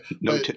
no